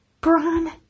Bran